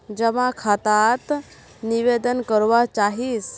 जमा खाता त निवेदन करवा चाहीस?